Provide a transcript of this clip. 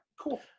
cool